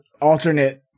alternate